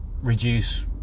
reduce